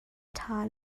ṭha